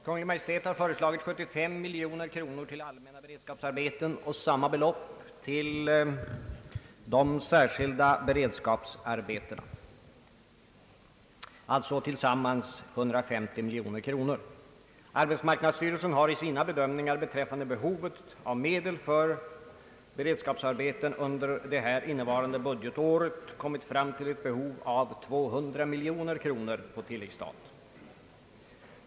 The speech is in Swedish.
Kungl. Maj:t har föreslagit 75 miljoner kronor till allmänna beredskapsarbeten och samma belopp till de särskilda beredskapsarbetena, alltså sammanlagt 150 miljoner kronor. Arbetsmarknadsstyrelsen har i sina bedömningar beträffande behovet av medel för beredskapsarbeten under innevarande budgetår kommit fram till ett behov av 200 miljoner kronor på tilläggsstaten.